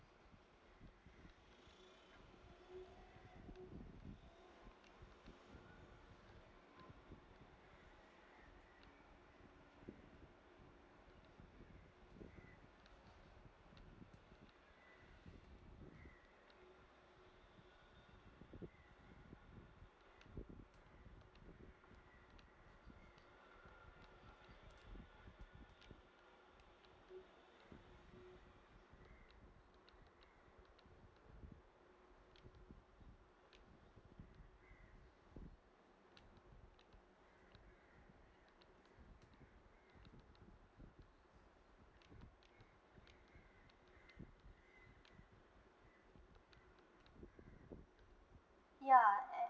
ya and